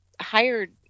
hired